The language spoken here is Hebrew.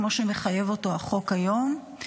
כמו שמחייב אותו החוק היום,